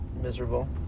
miserable